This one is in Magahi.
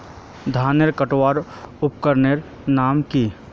धानेर कटवार उपकरनेर नाम की?